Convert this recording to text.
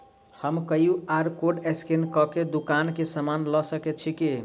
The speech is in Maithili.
हम क्यू.आर कोड स्कैन कऽ केँ दुकान मे समान लऽ सकैत छी की?